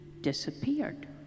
disappeared